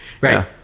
right